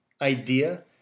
idea